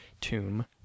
Tomb